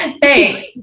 Thanks